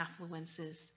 affluences